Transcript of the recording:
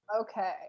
Okay